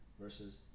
versus